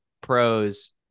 pros